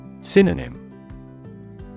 Synonym